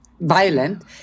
violent